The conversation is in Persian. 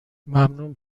ممنون